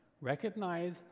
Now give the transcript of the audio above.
recognize